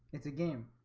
it's a game.